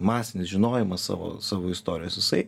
masinis žinojimas savo savo istorijos jisai